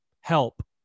help